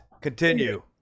Continue